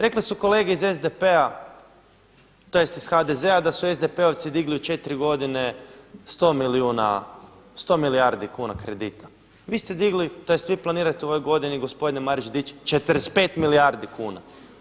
Rekle su kolege iz SDP-a, tj. iz HDZ-a da su SDP-ovci digli u četiri godine 100 milijardi kuna kredita, vi ste digli tj. vi planirate u ovoj godini gospodine Marić dići 45 milijardi kuna.